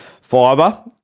Fiber